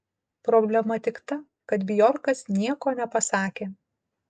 problema tik ta kad bjorkas nieko nepasakė